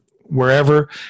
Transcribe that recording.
wherever